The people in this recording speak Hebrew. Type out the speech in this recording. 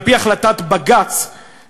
על-פי החלטת בג"ץ,